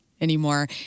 anymore